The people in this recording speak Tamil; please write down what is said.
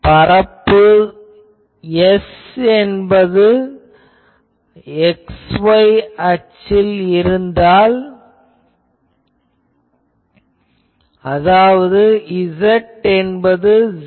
மேற்பரப்பு S என்பது x y அச்சில் இருந்தால் அதாவது z என்பது '0'